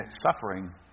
suffering